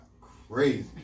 crazy